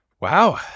Wow